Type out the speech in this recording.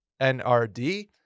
NRD